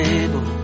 table